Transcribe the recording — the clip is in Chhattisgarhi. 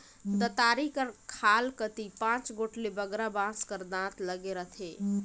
दँतारी कर खाल कती पाँच गोट ले बगरा बाँस कर दाँत लगे रहथे